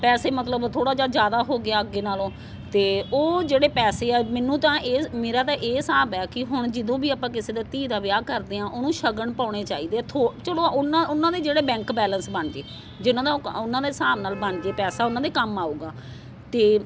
ਪੈਸੇ ਮਤਲਬ ਥੋੜ੍ਹਾ ਜਿਹਾ ਜ਼ਿਆਦਾ ਹੋ ਗਿਆ ਅੱਗੇ ਨਾਲੋਂ ਅਤੇ ਉਹ ਜਿਹੜੇ ਪੈਸੇ ਆ ਮੈਨੂੰ ਤਾਂ ਇਹ ਮੇਰਾ ਤਾਂ ਇਹ ਹਿਸਾਬ ਆ ਕਿ ਹੁਣ ਜਦੋਂ ਵੀ ਆਪਾਂ ਕਿਸੇ ਦੇ ਧੀ ਦਾ ਵਿਆਹ ਕਰਦੇ ਹਾਂ ਉਹਨੂੰ ਸ਼ਗਨ ਪਾਉਣੇ ਚਾਹੀਦੇ ਆ ਥੋ ਚਲੋ ਉਹਨਾਂ ਉਹਨਾਂ ਦੇ ਜਿਹੜੇ ਬੈਂਕ ਬੈਲਸ ਬਣ ਜਾਵੇ ਜਿਹਨਾਂ ਦਾ ਉਹਨਾਂ ਨੇ ਹਿਸਾਬ ਨਾਲ ਬਣ ਜਾਵੇ ਪੈਸਾ ਉਹਨਾਂ ਦੇ ਕੰਮ ਆਊਗਾ